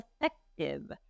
effective